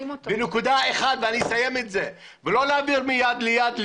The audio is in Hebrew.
לא להעביר מיד ליד.